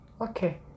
Okay